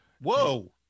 whoa